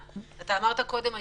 אמרת קודם "היוזמת",